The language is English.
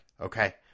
okay